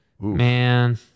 Man